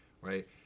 Right